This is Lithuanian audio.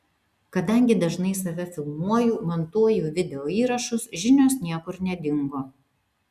kadangi dažnai save filmuoju montuoju videoįrašus žinios niekur nedingo